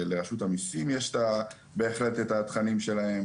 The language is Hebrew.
לרשות המיסים בהחלט יש את התכנים שלהם,